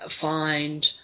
find